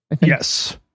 Yes